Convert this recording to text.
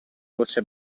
voce